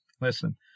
listen